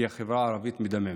כי החברה הערבית מדממת.